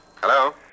Hello